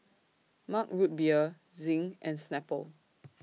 Mug Root Beer Zinc and Snapple